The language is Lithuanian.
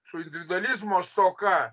su individualizmo stoka